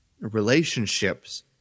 relationships